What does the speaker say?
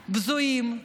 בזויים,